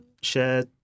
share